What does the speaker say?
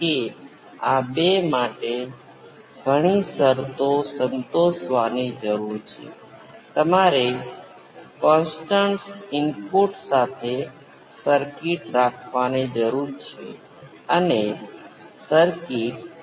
તેથી જ્યારે તમારી પાસે ચિત્રમાં કેપેસીટર ધરાવો છો ત્યારે તમારી પાસે ફ્રીક્વન્સી સિલેક્ટિવ સર્કિટ્સ હોય છે જે સર્કિટ વિવિધ ફ્રીક્વન્સીઝ પર અલગ રીતે વર્તે છે